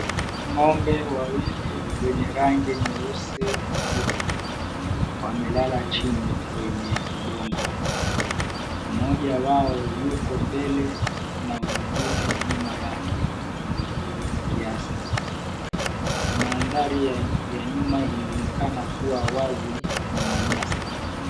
Ng'ombe wawili wenye rangi nyeusi na nyeupe wamelala chini kwenye udongo. Mmoja wao yuko mbele na mwingine nyuma yake kiasi. Mandhari ya nyuma inaonekana kuwa wazi ina nyasi.